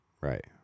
Right